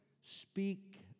speak